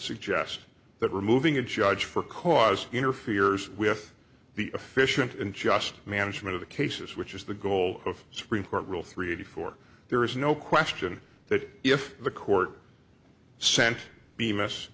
suggest that removing a judge for cause interferes with the efficient in just management of the cases which is the goal of supreme court rule three eighty four there is no question that if the court sent the mess